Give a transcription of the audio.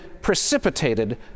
precipitated